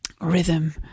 rhythm